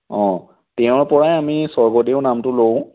অঁ তেওঁৰ পৰাই আমি স্বৰ্গদেউ নামটো লওঁ